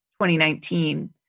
2019